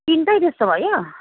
तिनवटै त्यस्तो भयो